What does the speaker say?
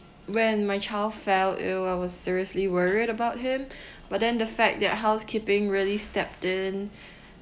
when my child fell ill I was seriously worried about him but then the fact that housekeeping really stepped in